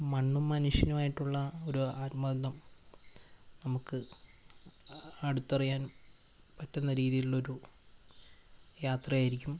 മണ്ണും മനുഷ്യനുമായിട്ടുള്ള ഒരു ആത്മബന്ധം നമുക്ക് അടുത്തറിയാന് പറ്റുന്ന രീതിയിലുള്ളൊരു യാത്രയായിരിക്കും